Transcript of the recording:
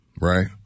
right